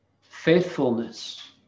faithfulness